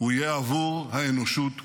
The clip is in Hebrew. הוא יהיה עבור האנושות כולה.